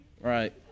Right